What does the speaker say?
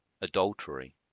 adultery